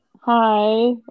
Hi